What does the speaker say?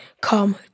come